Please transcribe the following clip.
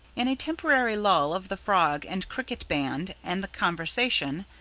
in a temporary lull of the frog and cricket band and the conversation,